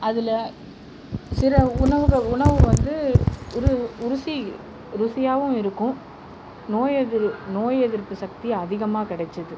அதில் சில உணவுகள் உணவு வந்து ருசி ருசியாவும் இருக்கும் நோய் எதிர் நோய் எதிர்ப்பு சக்தி அதிகமாக கிடைச்சிது